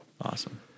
Awesome